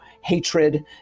hatred